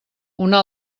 una